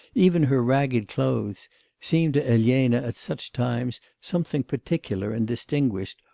even her ragged clothes seemed to elena at such times something particular and distinguished,